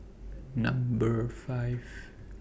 Number five